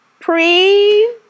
pre